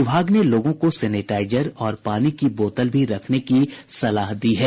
विभाग ने लोगों को सेनेटाइजर और पानी की बोतल भी रखने की सलाह दी है